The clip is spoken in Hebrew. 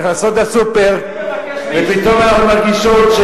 נכנסות לסופר ופתאום אנחנו מרגישות,